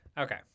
Okay